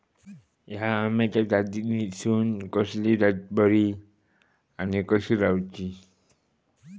हया आम्याच्या जातीनिसून कसली जात बरी आनी कशी लाऊची?